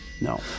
No